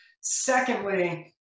Secondly